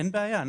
אין בעיה.